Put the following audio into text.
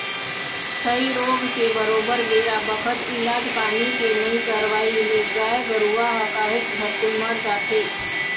छई रोग के बरोबर बेरा बखत इलाज पानी के नइ करवई ले गाय गरुवा ह काहेच झटकुन मर जाथे